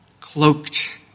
cloaked